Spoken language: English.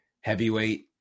heavyweight